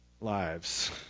lives